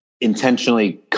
intentionally